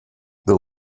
the